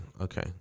okay